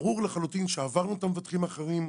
ברור לחלוטין שעברנו את המבטחים האחרים.